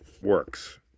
works